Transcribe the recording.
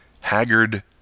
haggard